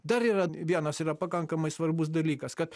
dar yra vienas yra pakankamai svarbus dalykas kad